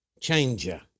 changer